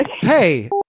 Hey